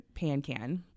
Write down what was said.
Pancan